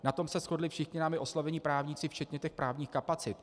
Na tom se shodli všichni námi oslovení právníci včetně těch právních kapacit.